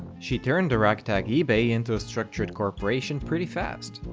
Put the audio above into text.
she turned the ragtag ebay into a structured corporation pretty fast.